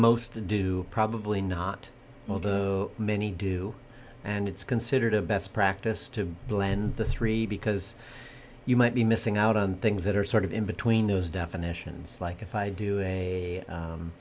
to do probably not although many do and it's considered a best practice to blend the three because you might be missing out on things that are sort of in between those definitions like if i do